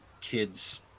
kids